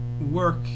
work